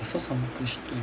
saw some question